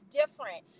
different